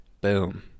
Boom